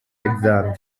exam